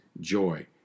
joy